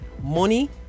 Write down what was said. money